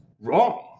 wrong